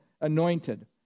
anointed